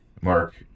Mark